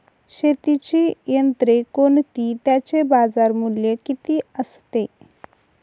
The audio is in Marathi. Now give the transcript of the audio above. शेतीची यंत्रे कोणती? त्याचे बाजारमूल्य किती असते?